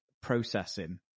processing